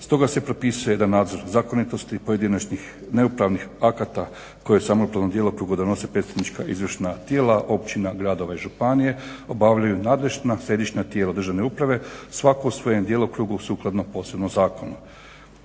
Stoga se propisuje jedan nadzor zakonitosti pojedinačnih nepravnih akata koji u samo upravnom djelokrugu donose predstavnička izvršna tijela općina, gradova i županije obavljaju nadležna središnja tijela državne uprave, svatko u svome djelokrugu sukladno posebnom zakonu.